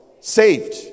saved